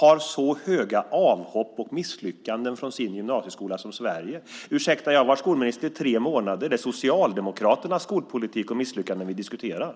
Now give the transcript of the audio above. har så höga avhopp och misslyckanden från sin gymnasieskola som Sverige. Ursäkta, jag har varit skolminister i tre månader. Det är Socialdemokraternas skolpolitik och misslyckanden vi diskuterar.